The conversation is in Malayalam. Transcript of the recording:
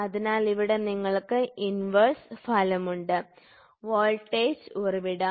അതിനാൽ ഇവിടെ നിങ്ങൾക്ക് ഇൻവെർസ് ഫലമുണ്ട് വോൾട്ടേജ് ഉറവിടം